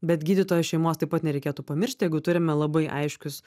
bet gydytojo šeimos taip pat nereikėtų pamiršti jeigu turime labai aiškius